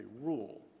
rule